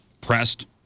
pressed